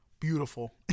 beautiful